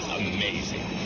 amazing